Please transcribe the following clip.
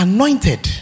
Anointed